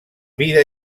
vida